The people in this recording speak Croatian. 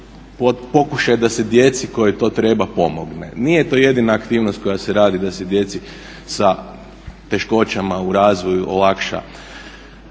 je pokušaj da se djeci kojoj to treba pomogne. Nije to jedina aktivnost koja se radi da se djeci sa teškoćama u razvoju olakša